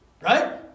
Right